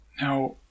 Now